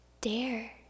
Dare